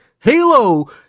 Halo